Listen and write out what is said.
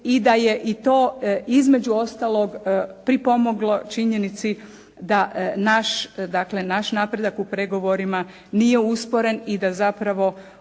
i da je i to između ostalog pripomoglo činjenici da naš napredak u pregovorima nije usporen i da zapravo